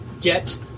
get